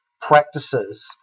practices